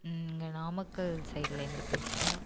இங்கே நாமக்கல் சைடுலேருந்து பேசுகிறோம்